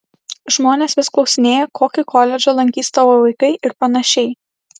žmonės vis klausinėja kokį koledžą lankys tavo vaikai ir panašiai